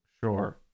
sure